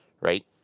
right